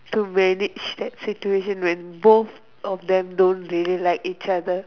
to manage that situation when both of them don't really like each other